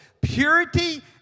Purity